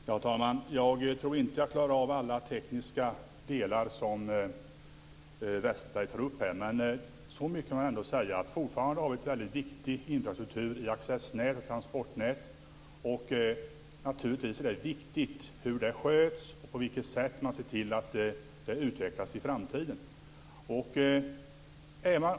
Herr talman! Jag tror inte jag klarar av att svara när det gäller alla tekniska delar som Westerberg tar upp här, men så mycket kan jag ändå säga att vi fortfarande har en väldigt viktig infrastruktur i accessnät och transportnät. Naturligtvis är det viktigt hur det sköts, på vilket sätt man ser till att det utvecklas i framtiden.